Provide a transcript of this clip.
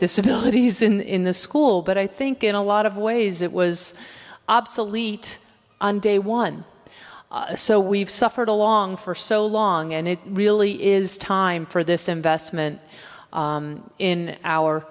disabilities in the school but i think in a lot of ways it was obsolete on day one so we've suffered along for so long and it really is time for this investment in our